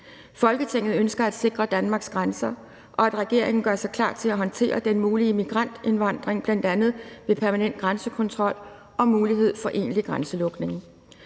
Folketinget ønsker at sikre Danmarks grænser, og at regeringen gør sig klar til at håndtere den mulige migrantvandring, bl.a. ved permanent grænsekontrol og mulighed for en egentlig grænselukning.